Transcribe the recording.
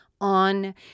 on